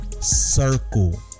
circle